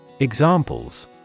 Examples